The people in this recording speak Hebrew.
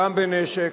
גם בנשק,